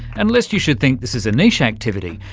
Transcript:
and lest you should think this is a niche activity,